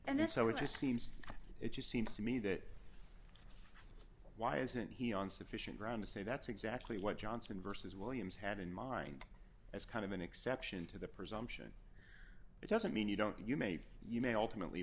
and that's how it just seems it seems to me that why isn't he on sufficient ground of say that's exactly what johnson versus williams had in mind as kind of an exception to the presumption it doesn't mean you don't you may you may ultimately